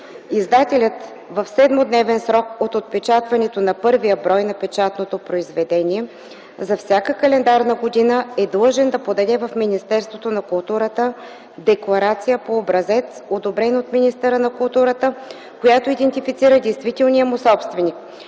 Издателят, в 7-дневен срок от отпечатването на първия брой на печатното произведение за всяка календарна година, е длъжен да подаде в Министерството на културата декларация по образец, одобрен от министъра на културата, която идентифицира действителния му собственик.